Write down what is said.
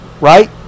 right